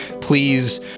please